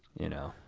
you know.